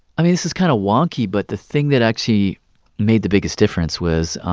i mean, this is kind of wonky, but the thing that actually made the biggest difference was,